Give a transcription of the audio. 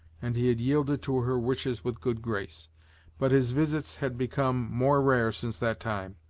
and he had yielded to her wishes with good grace but his visits had become more rare since that time,